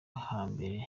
hambere